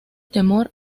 temor